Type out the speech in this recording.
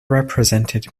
represented